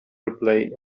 reply